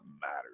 matters